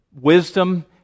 wisdom